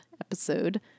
episode